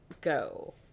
go